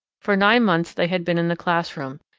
for nine months they had been in the classroom,